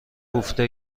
کوفته